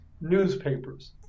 newspapers